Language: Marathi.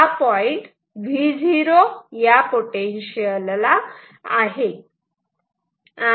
हा पॉईंट Vo ला आहे